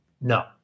No